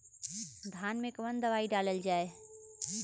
धान मे कवन दवाई डालल जाए?